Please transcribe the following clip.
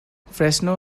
fresno